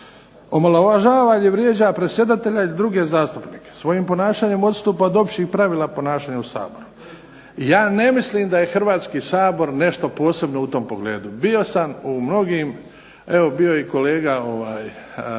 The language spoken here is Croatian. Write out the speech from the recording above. omalovažava, vrijeđa predsjedatelja ili druge zastupnike, svojim ponašanjem odstupa od općih pravila ponašanja u Saboru. Ja ne mislim da je Hrvatski sabor nešto posebno u tom pogledu, bio sam u mnogim, evo bio je i kolega Gajica,